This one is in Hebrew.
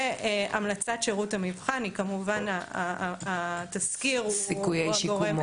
והמלצת שירות המבחן וכמובן התסקיר הוא הגורם -- סיכויי שיקומו.